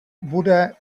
bude